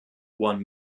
one